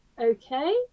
okay